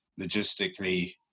logistically